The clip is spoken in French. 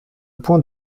point